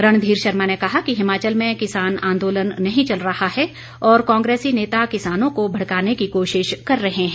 रणधीर शर्मा ने कहा कि हिमाचल में किसान आंदोलन नहीं चल रहा है और कांग्रेसी नेता किसानों को भड़काने की कोशिश कर रहे हैं